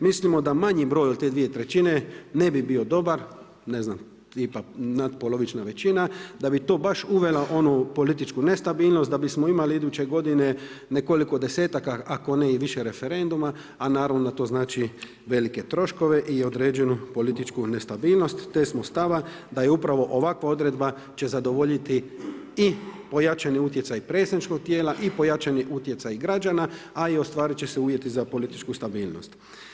Mislim da manji broj od te dvije trećine ne bi bio dobar, ne znam tipa nadpolovična većina, da bi to baš uvela onu političku nestabilnost da bismo imali iduće godine nekoliko desetaka, ako ne i više referenduma, a naravno to znači velike troškove i određenu političku nestabilnost te smo stava da je upravo ovakva odredba će zadovoljiti i pojačani utjecaj predstavničkog tijela i pojačani utjecaj i građana, a i ostvarit će se uvjeti za političku stabilnost.